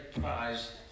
prize